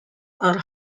are